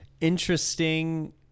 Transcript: interesting